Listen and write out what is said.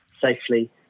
safely